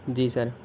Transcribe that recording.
جی سر